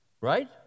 Right